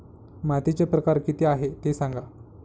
मातीचे प्रकार किती आहे ते सांगा